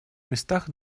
местах